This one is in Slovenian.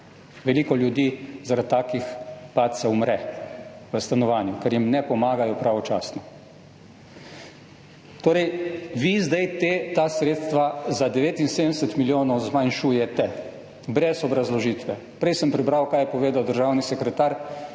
Veliko ljudi zaradi takih padcev umre v stanovanju, ker jim ne pomagajo pravočasno. Vi torej zdaj ta sredstva za 79 milijonov zmanjšujete, brez obrazložitve. Prej sem prebral, kar je povedal državni sekretar,